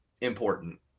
important